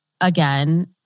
again